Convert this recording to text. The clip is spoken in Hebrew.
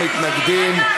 בבקשה.